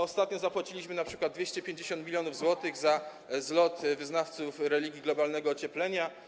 Ostatnio zapłaciliśmy np. 250 mln zł za zlot wyznawców religii globalnego ocieplenia.